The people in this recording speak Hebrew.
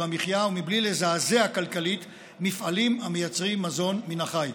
המחיה ומבלי לזעזע כלכלית מפעלים המייצרים מזון מן החי.